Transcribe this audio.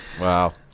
wow